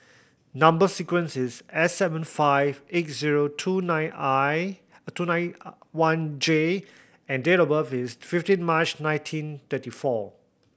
number sequence is S seven five eight zero two nine one J and date of birth is fifteen March nineteen thirty four